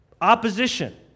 opposition